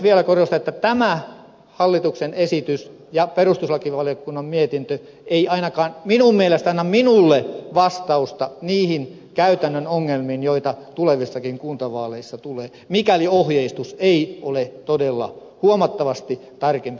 vielä korostan että tämä hallituksen esitys ja perustuslakivaliokunnan mietintö ei ainakaan minun mielestäni anna minulle vastausta niihin käytännön ongelmiin joita tulevissakin kuntavaaleissa tulee mikäli ohjeistus ei ole todella huomattavasti tarkempi kuin tässä